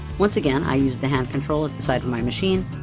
once again, i used the hand control at the side of my machine,